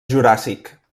juràssic